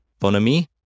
Bonami